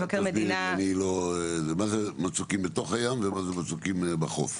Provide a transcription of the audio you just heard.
מה זה מצוקים בתוך הים ומה זה מצוקים בחוף?